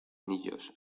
anillos